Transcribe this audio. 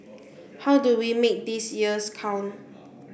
how do we make these years count